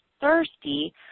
thirsty